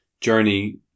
journey